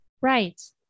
Right